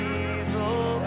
evil